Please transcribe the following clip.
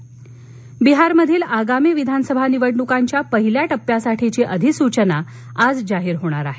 विहार बिहारमधील आगामी विधानसभा निवडणुकांच्या पहिल्या ताप्प्यासाठीची अधिसूचना आज जाहीर होणार आहे